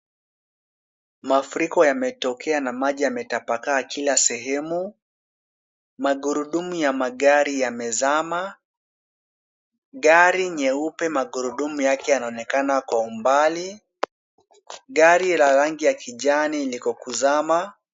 Mafuriko yametokea na maji yametapakaa kila sehemu. Magurudumu ya magari yamezama. Gari nyeupe magurudumu yake yanaonekana kwa umbali. Gari la rangi ya kijani liko kuzama.